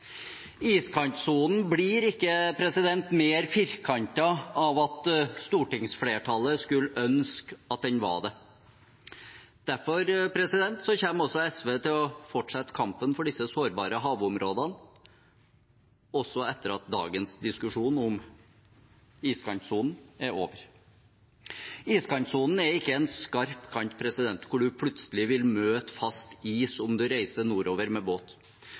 Iskantsonen blir ikke mer firkantet av at stortingsflertallet skulle ønske at den var det. Derfor kommer også SV til å fortsette kampen for disse sårbare havområdene, også etter at dagens diskusjon om iskantsonen er over. Iskantsonen er ikke en skarp kant hvor man plutselig vil møte fast is om man reiser nordover med båt.